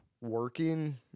working